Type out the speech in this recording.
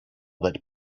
that